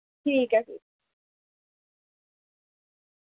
ठीक ऐ फिर